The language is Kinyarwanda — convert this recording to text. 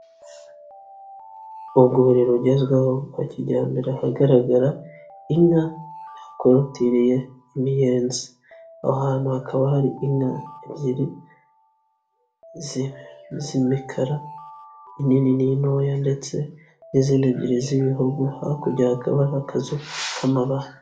Urwuri rugezweho rwa kijyambere ahagaragara inka hakorutiriye imiyenzi, aho hantu hakaba hari inka ebyiri z'imikara inini n'intoya ndetse n'izindi ebyiri z'ibihogo hakury hakaba akazu k'amabara.